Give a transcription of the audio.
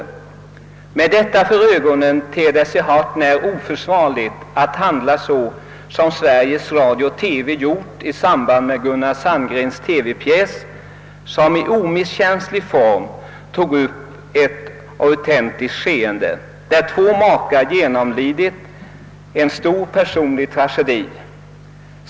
Med detta för ögonen ter det sig hart när oförsvarligt att handla så som Sveriges Radio-TV gjort i samband med Gunnar Sandgrens TV-pjäs, som i omisskännlig form tog upp ett auten tiskt skeende, där två makar genomlidit en stor personlig tragedi.